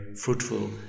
fruitful